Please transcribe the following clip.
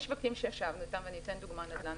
למשל, ישבנו עם הנדל"ן